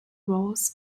roles